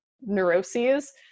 neuroses